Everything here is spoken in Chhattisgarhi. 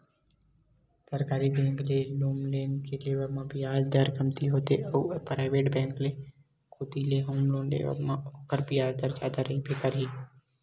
सरकारी बेंक ले होम लोन के लेवब म बियाज दर कमती होथे अउ पराइवेट बेंक कोती ले होम लोन लेवब म ओखर बियाज दर जादा रहिबे करही